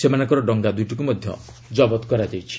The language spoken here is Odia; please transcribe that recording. ସେମାନଙ୍କର ଡଙ୍ଗା ଦୁଇଟିକୁ ମଧ୍ୟ ଜବତ କରାଯାଇଛି